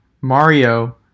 mario